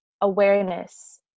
awareness